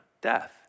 death